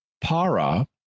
para